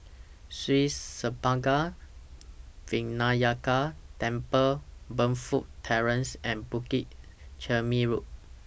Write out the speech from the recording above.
Sri Senpaga Vinayagar Temple Burnfoot Terrace and Bukit Chermin Road